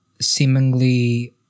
seemingly